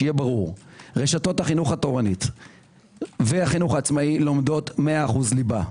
שיהיה ברור - רשתות החינוך התורנית והחינוך העצמאי לומדות 100% ליבה,